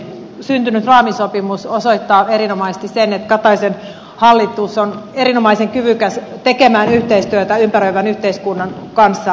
syntynyt raamisopimus osoittaa erinomaisesti sen että kataisen hallitus on erinomaisen kyvykäs tekemään yhteistyötä ympäröivän yhteiskunnan kanssa